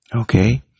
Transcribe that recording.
Okay